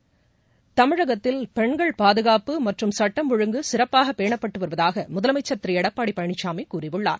தமிழகத்தில் பெண்கள் பாதுகாப்பு மற்றும் சட்டம் ஒழுங்கு சிறப்பாகபேணப்பட்டுவருவதாகமுதலமைச்ச் திருடப்பாடிபழனிசாமிகூறியுள்ளார்